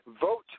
Vote